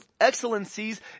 excellencies